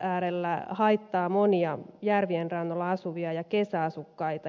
äärellä haittaa monia järvien rannoilla asuvia ja kesäasukkaita